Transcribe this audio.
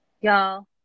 y'all